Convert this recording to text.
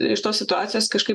iš tos situacijos kažkaip